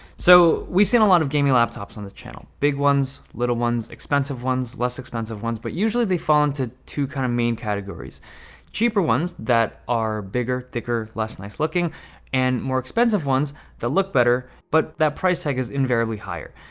so we've seen a lot of gaming laptops on this channel big ones little ones expensive ones less expensive ones but usually they fall into two kind of main categories cheaper ones that are bigger thicker less nice-looking and more expensive ones that look better but that price tag is invariably higher.